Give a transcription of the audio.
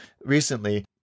recently